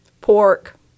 pork